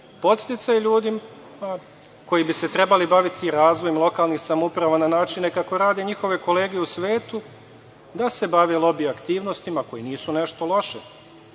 podsticaje ljudima koji bi se trebali baviti razvojem lokalnih samouprava na načine kako rade njihove kolege u svetu, da se bave lobi aktivnostima, koje nisu nešto loše,